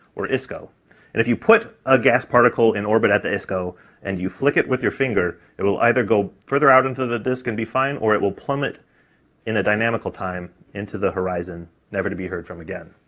or isco, and if you put a gas particle in orbit at the isco and you flick it with your finger, it will either go further out into the disk and be fine or it will plummet in a dynamical time into the horizon, never to be heard from again.